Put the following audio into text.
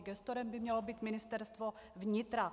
Gestorem by mělo být Ministerstvo vnitra.